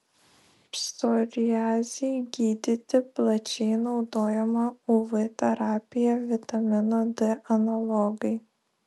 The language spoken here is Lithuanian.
psoriazei gydyti plačiai naudojama uv terapija vitamino d analogai